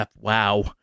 wow